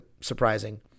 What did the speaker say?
surprising